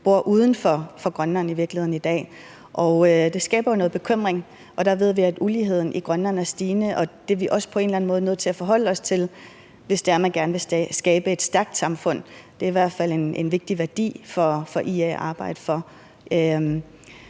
uden for Grønland i dag, og det skaber jo noget bekymring. Der ved vi, at uligheden i Grønland er stigende, og det er vi også på en eller anden måde nødt til at forholde os til, hvis det er, at vi gerne vil skabe et stærkt samfund. Det er i hvert fald en vigtig værdi for IA at arbejde for.